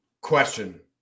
question